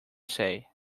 say